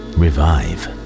revive